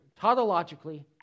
tautologically